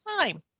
time